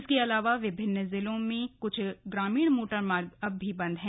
इसके अलावा विभिन्न जिलों में कुछ ग्रामीण मोटरमार्ग अब भी बंद हैं